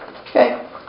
Okay